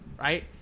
right